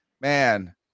Man